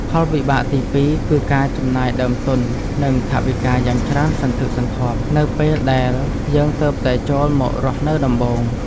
ផលវិបាកទីពីរគឺការចំណាយដើមទុននិងថវិកាយ៉ាងច្រើនសន្ធឹកសន្ធាប់នៅពេលដែលយើងទើបតែចូលមករស់នៅដំបូង។